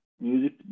music